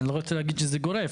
אני לא רוצה להגיד שזה גורף,